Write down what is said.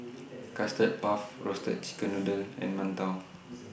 Custard Puff Roasted Chicken Noodle and mantou